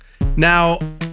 Now